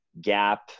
gap